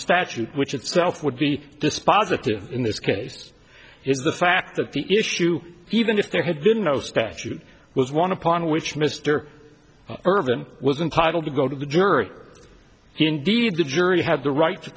statute which itself would be dispositive in this case is the fact that the issue even if there had been no statute was one upon which mr irving was entitled to go to the jury indeed the jury had the right to